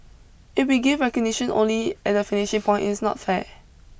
if we give recognition only at the finishing point it's not fair